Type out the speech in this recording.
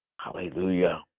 Hallelujah